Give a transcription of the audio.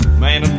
man